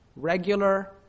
Regular